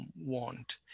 want